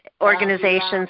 organizations